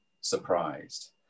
surprised